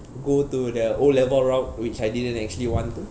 go to the O level route which I didn't actually want to